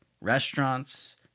Restaurants